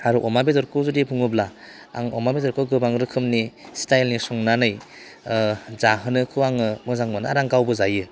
आरो अमा बेगरखौ जुदि बुङोब्ला आं अमा बेदरखौ गोबां रोखोमनि स्टाइलनि संनानै जाहोनोखौ आङो मोजां मोनो आरो गावबो जायो